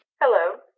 Hello